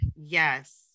Yes